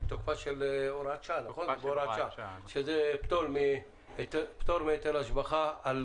של הוראת שעה שזה פטור מהיטל השבחה על